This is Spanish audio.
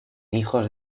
hijos